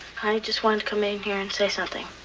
i just wanted to come in here and say something.